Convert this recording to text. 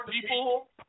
people